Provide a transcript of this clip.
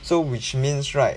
so which means right